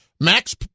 Max